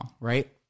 right